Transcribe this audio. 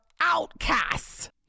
outcasts